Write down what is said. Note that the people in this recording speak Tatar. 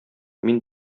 мин